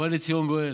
ובא לציון גואל.